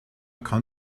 kann